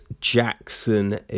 Jackson